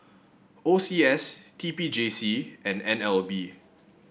O C S T P J C and N L B